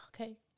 Okay